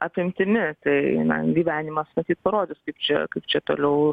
apimtimi tai na gyvenimas parodys kaip čia kaip čia toliau